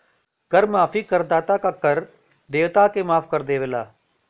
कर माफी करदाता क कर देयता के माफ कर देवला